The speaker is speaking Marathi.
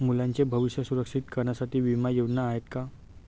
मुलांचे भविष्य सुरक्षित करण्यासाठीच्या विमा योजना आहेत का?